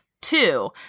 two